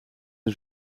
een